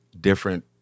different